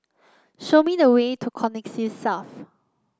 show me the way to Connexis South